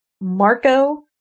Marco